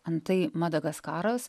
antai madagaskaras